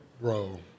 Bro